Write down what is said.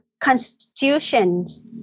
constitutions